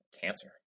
cancer